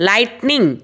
Lightning